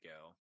go